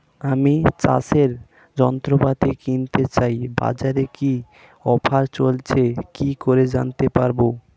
আমি চাষের যন্ত্রপাতি কিনতে চাই বাজারে কি কি অফার চলছে কি করে জানতে পারবো?